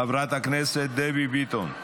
חברת הכנסת דבי ביטון.